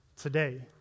today